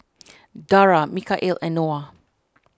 Dara Mikhail and Noah